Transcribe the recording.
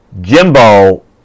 Jimbo